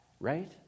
Right